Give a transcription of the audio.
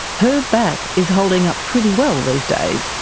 her back is holding up pretty well these days.